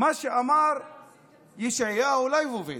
מה שאמר ישעיהו ליבוביץ',